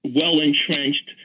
well-entrenched